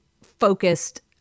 focused